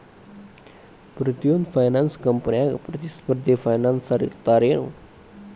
ಪ್ರತಿಯೊಂದ್ ಫೈನಾನ್ಸ ಕಂಪ್ನ್ಯಾಗ ಪ್ರತಿಸ್ಪರ್ಧಿ ಫೈನಾನ್ಸರ್ ಇರ್ತಾರೆನು?